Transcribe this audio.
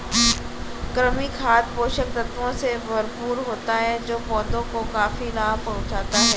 कृमि खाद पोषक तत्वों से भरपूर होता है जो पौधों को काफी लाभ पहुँचाता है